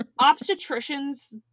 obstetricians